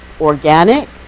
organic